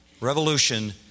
revolution